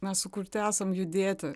mes sukurti esam judėti